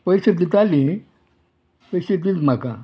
पयशे दिताली पयशे दील म्हाका